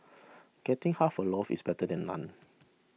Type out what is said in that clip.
getting half a loaf is better than none